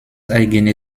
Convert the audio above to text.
eigene